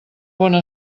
bona